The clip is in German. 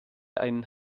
einen